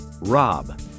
Rob